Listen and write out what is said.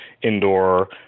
indoor